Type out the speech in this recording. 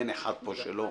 אין אחד פה שלא.